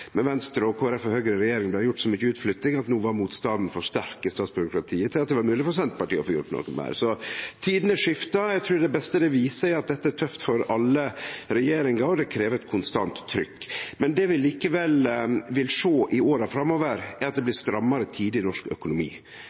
med Venstre, Kristeleg Folkeparti og Høgre i regjering blei det gjort så mykje utflytting at no var motstanden for sterk i statsbyråkratiet til at det var mogleg for Senterpartiet å få gjort noko meir. Så tidene skiftar. Eg trur det beste det viser, er at dette er tøft for alle regjeringar, og det krev konstant trykk. Men det vi likevel vil sjå i åra framover, er at det blir strammare tider i norsk økonomi.